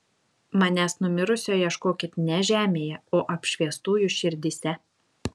manęs numirusio ieškokit ne žemėje o apšviestųjų širdyse